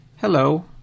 hello